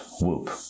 whoop